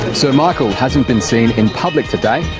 sir michael hasn't been seen in public today,